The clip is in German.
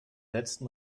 letzten